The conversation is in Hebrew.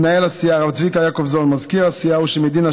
מנהל הסיעה הרב צביקה יעקובזון ומזכיר הסיעה אשר מדינה,